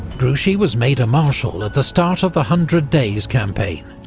grouchy was made a marshal at the start of the hundred days campaign,